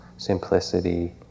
simplicity